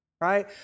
right